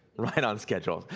right on schedule.